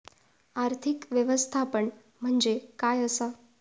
आर्थिक व्यवस्थापन म्हणजे काय असा?